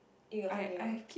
you got something on